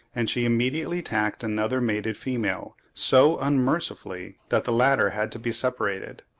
and she immediately attacked another mated female so unmercifully that the latter had to be separated.